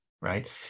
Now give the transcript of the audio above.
right